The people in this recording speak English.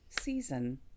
season